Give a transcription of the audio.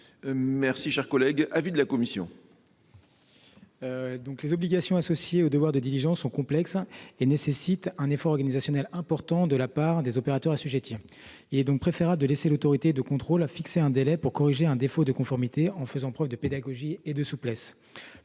de la loi. Quel est l’avis de la commission spéciale ? Les obligations associées au devoir de diligence sont complexes et nécessitent un effort organisationnel important de la part des opérateurs assujettis. Il est donc préférable de laisser l’autorité de contrôle fixer le délai pour corriger un défaut de conformité, en faisant preuve de pédagogie et de souplesse,